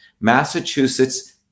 Massachusetts